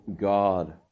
God